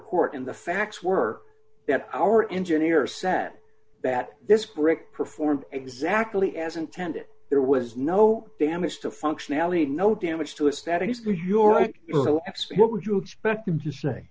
court and the facts were that our engineers said that this brick performed exactly as intended there was no damage to functionality no damage to a static your x what would you expect them to say